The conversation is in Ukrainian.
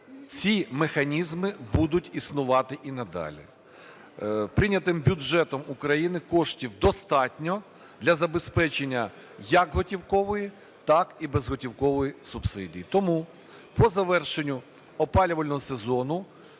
Ці механізми будуть існувати і надалі. Прийнятим бюджетом України коштів достатньо для забезпечення як готівкової, так і безготівкової субсидії. Тому по завершенню опалювального сезону